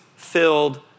Filled